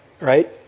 right